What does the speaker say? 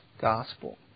gospel